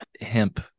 hemp